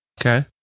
okay